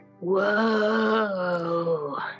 Whoa